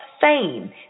fame